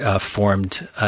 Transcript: formed